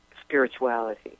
spirituality